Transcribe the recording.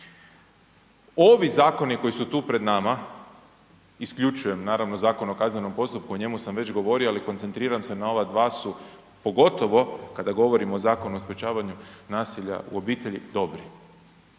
Ovi zakoni koji su tu pred nama, isključujem naravno Zakon o kaznenom postupku o njemu sam već govorio, ali koncentriram se na ova dva su, pogotovo kada govorim o Zakonu o sprječavanju nasilja u obitelji, dobri.